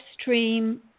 stream